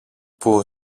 που